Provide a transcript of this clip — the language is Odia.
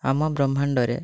ଆମ ବ୍ରହ୍ମାଣ୍ଡରେ